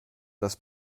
das